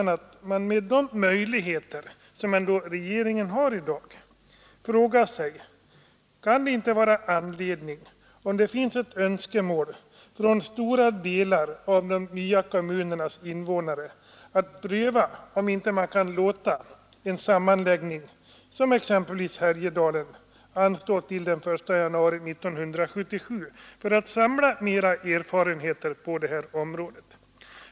Nr 143 Torsdagen den kommunernas invånare, att pröva om man inte kan låta en sammanlägg 14 december 1972 ning som exempelvis den i Härjedalen anstå till den 1 januari 1977 för att samla mera erfarenheter på det här området?